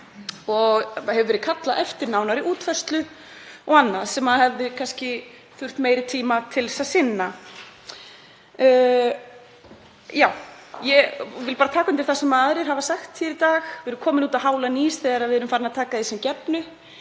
hefur verið eftir nánari útfærslu og annað sem hefði kannski þurft meiri tíma til að sinna. Ég vil bara taka undir það sem aðrir hafa sagt hér í dag: Við erum komin út á hálan ís þegar við erum farin að taka því sem gefnu